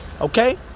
Okay